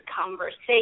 conversation